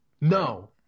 No